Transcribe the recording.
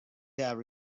have